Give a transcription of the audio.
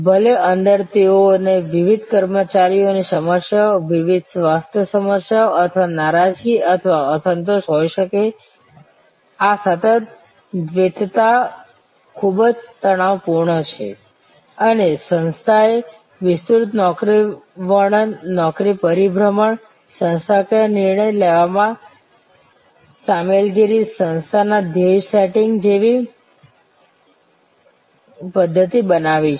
ભલે અંદર તેઓને વિવિધ કર્મચારીઓની સમસ્યાઓ વિવિધ સ્વાસ્થ્ય સમસ્યાઓ અથવા નારાજગી અથવા અસંતોષ હોઈ શકે આ સતત દ્વૈતતા ખૂબ જ તણાવપૂર્ણ છે અને સંસ્થાએ વિસ્તૃત નોકરી વર્ણન નોકરીનું પરિભ્રમણ સંસ્થાકીય નિર્ણય લેવામાં સામેલગીરી સંસ્થાના ધ્યેય સેટિંગ જેવી પદ્ધત્તિ બનાવવાની છે